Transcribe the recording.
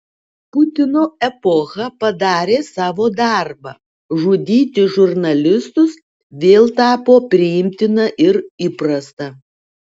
putino epocha padarė savo darbą žudyti žurnalistus vėl tapo priimtina ir įprasta